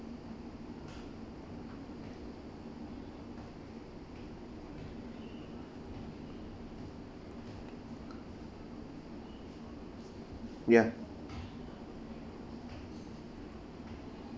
ya